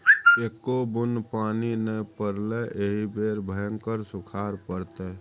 एक्को बुन्न पानि नै पड़लै एहि बेर भयंकर सूखाड़ पड़तै